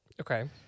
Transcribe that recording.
Okay